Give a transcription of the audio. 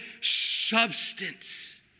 substance